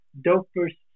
Dopers